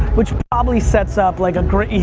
which probably sets up, like, a great, yeah,